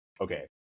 okay